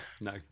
No